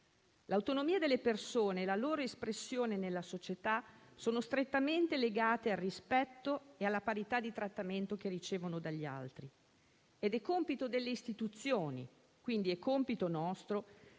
L'autonomia delle persone e la loro espressione nella società sono strettamente legate al rispetto e alla parità di trattamento che ricevono dagli altri ed è compito delle istituzioni, quindi è compito nostro,